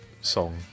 song